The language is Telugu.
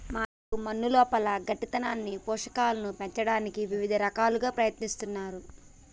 మా అయ్యగారు మన్నులోపల గట్టితనాన్ని పోషకాలను పంచటానికి ఇవిద రకాలుగా ప్రయత్నిస్తున్నారు